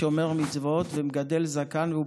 שומר מצוות ומגדל זקן.